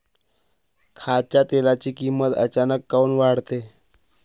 खाच्या तेलाची किमत अचानक काऊन वाढते?